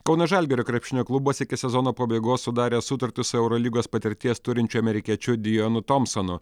kauno žalgirio krepšinio klubas iki sezono pabaigos sudarė sutartį su eurolygos patirties turinčiu amerikiečiu dijonu tompsonu